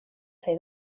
say